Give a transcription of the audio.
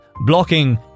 blocking